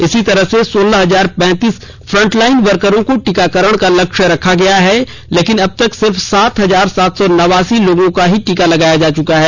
इसी तरह से सोलह हजार पैंतीस फ़ंटलाइन वर्करों को टीकाकरण का लक्ष्य रखा गया है लेकिन अबतक सिर्फ सात हजार सात सौ नवासी लोगों को ही टीका लगाया गया है